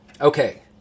Okay